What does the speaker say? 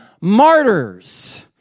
martyrs